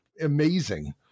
amazing